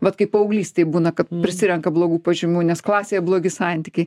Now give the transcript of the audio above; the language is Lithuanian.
vat kaip paauglystėj būna kad prisirenka blogų pažymių nes klasėje blogi santykiai